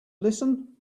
listen